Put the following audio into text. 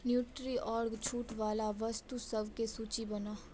Nutriorg छूट बला वस्तुसबके सूची बनाउ